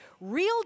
Real